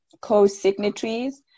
co-signatories